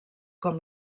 com